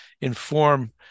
inform